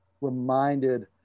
reminded